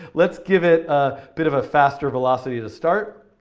let's give it a bit of a faster velocity to start.